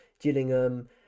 Gillingham